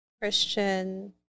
christian